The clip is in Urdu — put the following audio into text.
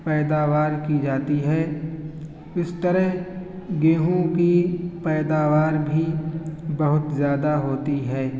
پیداوار کی جاتی ہے اس طرح گیہوں کی پیداوار بھی بہت زیادہ ہوتی ہے